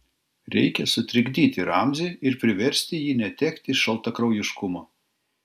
reikia sutrikdyti ramzį ir priversti jį netekti šaltakraujiškumo